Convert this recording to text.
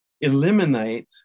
eliminate